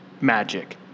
Magic